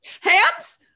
Hands